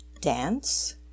dance